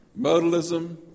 Modalism